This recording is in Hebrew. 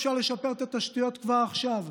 אפשר לשפר את התשתיות כבר עכשיו.